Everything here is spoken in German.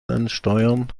ansteuern